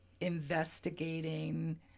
investigating